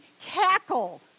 tackle